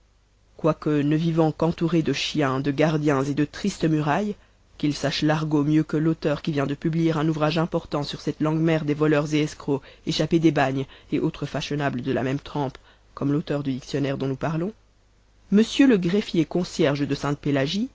quoique ne vivant qu'entouré de chiens de gardiens et de tristes murailles qu'il sache l'argot mieux que l'auteur qui vient de publier un ouvrage important sur cette langue mère des voleurs et escrocs échappés des bagnes et autres fashionables de la même trempe comme l'auteur du dictionnaire dont nous parlons m le greffier concierge de